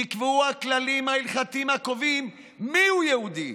נקבעו הכללים ההלכתיים הקובעים מיהו יהודי.